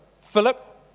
Philip